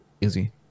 easy